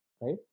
right